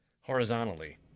horizontally